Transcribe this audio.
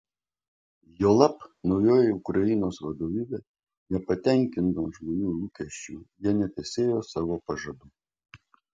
juolab naujoji ukrainos vadovybė nepatenkino žmonių lūkesčių jie netesėjo savo pažadų